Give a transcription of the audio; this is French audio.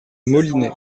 molinet